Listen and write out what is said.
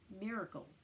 miracles